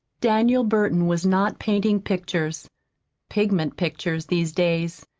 daniel burton was not painting pictures pigment pictures these days.